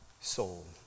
soul